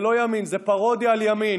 זה לא ימין, זו פרודיה על ימין.